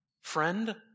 friend